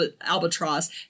albatross